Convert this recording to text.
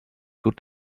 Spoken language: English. good